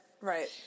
right